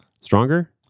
stronger